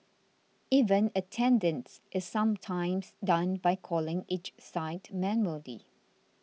even attendance is sometimes done by calling each site manually